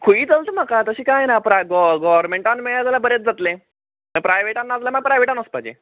खंय चलता म्हाका तशें काय ना प्रा गो गोवरमेंटान मेळ्यार बरेंच जातलें प्रायवेटान ना जाल्यार मागीर प्रायवेटान वचपाचें